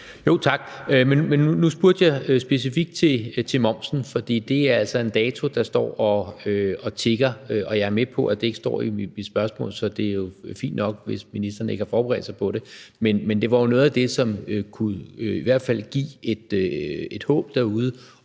(V): Tak. Men nu spurgte jeg specifikt til momsen, for det er altså en dato, der står og tikker, og jeg er med på, at det ikke står i mit spørgsmål, så det er jo fint nok, hvis ministeren ikke har forberedt sig på det. Men det var jo noget af det, som i hvert fald kunne give et håb derude